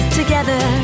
together